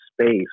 space